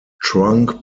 trunk